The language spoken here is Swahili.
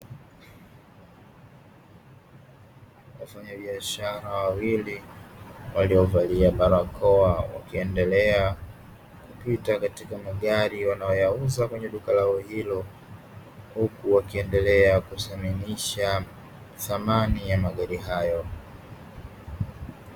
Wafanyabiashara wawili waliovalia barakoa wakiendelea kupita katika magari wanayoyauza kwenye duka lao hilo, huku wakiendelea kuthaminisha thamani ya magari hayo.